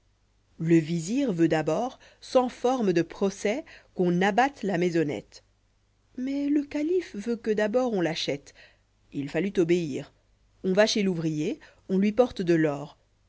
le v sir veut d'abord sans forme de procès qu'on abatte la maisonnette mais le calife veut que d'abord on l'achète il fallut obéir on va chez l'ouvrier on lui porte de l'or